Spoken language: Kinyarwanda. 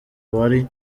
wari